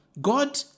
God